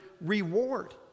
reward